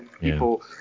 people